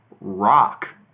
Rock